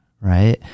Right